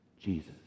Jesus